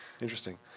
Interesting